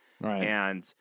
Right